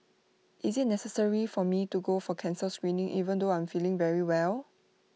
is IT necessary for me to go for cancer screening even though I am feeling very well